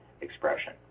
expression